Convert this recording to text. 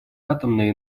атомной